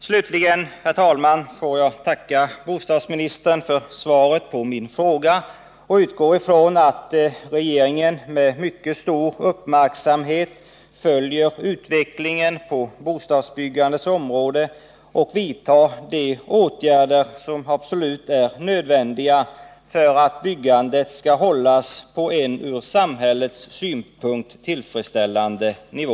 Slutligen, herr talman, får jag tacka bostadsministern för svaret på min fråga. Jag utgår ifrån att regeringen med mycket stor uppmärksamhet följer utvecklingen på bostadsbyggandets område och vidtar de åtgärder som är absolut nödvändiga för att byggandet skall hållas på en från samhällets synpunkt tillfredsställande nivå.